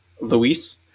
Luis